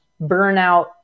burnout